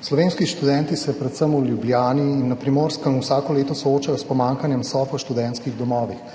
Slovenski študenti se predvsem v Ljubljani in na Primorskem vsako leto soočajo s pomanjkanjem sob v študentskih domovih.